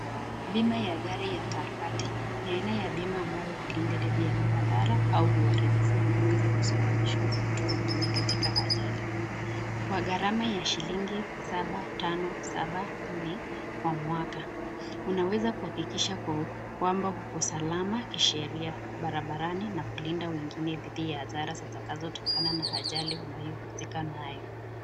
Bima ya gari ya third party ni bima ambayo hulinda dhidi ya madhara au uharibifu unaoweza kusababishwa na mtu mwengine katika ajali. Kwa gharama ya shilingi saba kwa mwaka unaweza kuhakikisha kwamba uko salama kisheria barabarani na kulinda wemgine dhidi ya athari zitakazotokana na ajali unayohusika nayo.